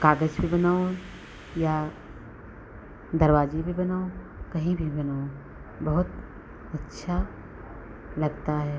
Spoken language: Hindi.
कागज़ पर बनाओ या दरवाज़े पर बनाओ कहीं भी बनाओ बहुत अच्छा लगता है